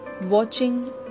watching